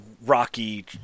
rocky